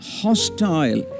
hostile